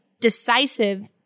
decisive